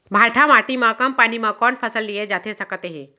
भांठा माटी मा कम पानी मा कौन फसल लिए जाथे सकत हे?